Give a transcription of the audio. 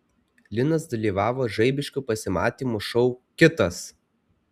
linas dalyvavo žaibiškų pasimatymų šou kitas